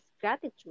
gratitude